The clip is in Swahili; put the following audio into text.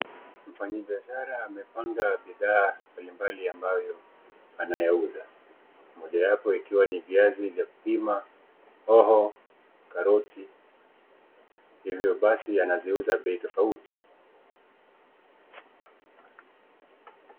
Mfanyibiashara amepanga bidhaa mbalimbali ambayo anayauza. Moja yapo ikiwa ni viazi vya kupima, hoho, karoti .Hivyo basi anaziuza bei tofauti.